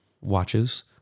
watches